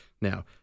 Now